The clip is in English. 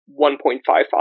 1.55